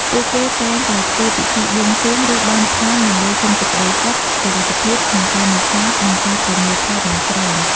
ពួកគេតែងតែធ្វើពិធីបួងសួង ឬបន់ស្រន់ដើម្បីសុំសេចក្ដីសុខ សុវត្ថិភាពក្នុងការនេសាទ និងការប្រមូលផលបានច្រើន។